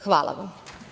Hvala vam.